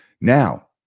Now